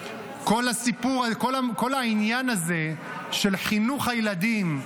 כל העניין הזה של חינוך הילדים,